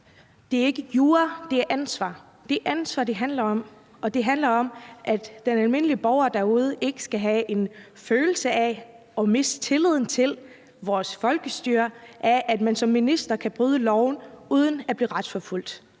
Det er ikke jura, det er ansvar, det handler om. Det handler om, at den almindelige borger derude ikke skal have en følelse af at miste tilliden til vores folkestyre, ved at man som minister kan bryde loven uden at blive retsforfulgt.